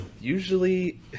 usually